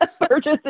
purchase